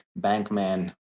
Bankman